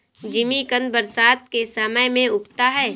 जिमीकंद बरसात के समय में उगता है